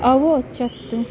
अवोचत्